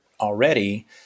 already